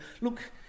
look